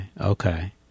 okay